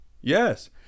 Yes